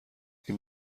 این